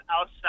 outside